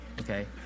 Okay